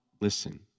listen